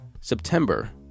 September